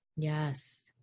Yes